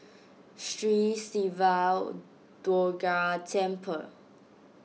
Sri Siva Durga Temple